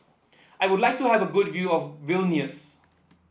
I would like to have a good view of Vilnius